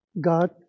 God